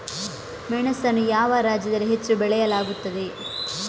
ಮೆಣಸನ್ನು ಯಾವ ರಾಜ್ಯದಲ್ಲಿ ಹೆಚ್ಚು ಬೆಳೆಯಲಾಗುತ್ತದೆ?